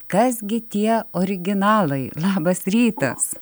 kas gi tie originalai labas rytas